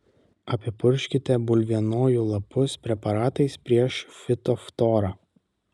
apipurkškite bulvienojų lapus preparatais prieš fitoftorą